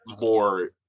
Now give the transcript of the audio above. more